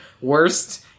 worst